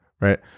Right